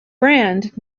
brand